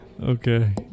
Okay